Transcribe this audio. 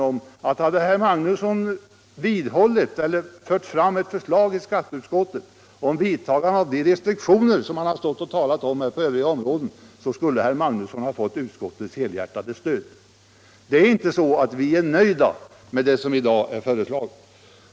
Om herr Magnusson i skatteutskottet hade fört fram ett förslag om vidtagande av de restriktioner, som han här har talat för på andra områden, så skulle han ha fått utskottets helhjärtade stöd. Det är inte så att vi är nöjda med vad som i dag är föreslaget.